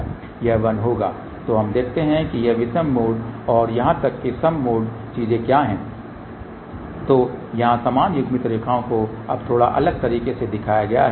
यह 1 होगा तो हम देखते हैं ये विषम मोड और यहां तक कि सम मोड चीजें क्या हैं तो यहाँ समान युग्मित रेखाओं को अब थोड़ा अलग तरीके से दिखाया गया है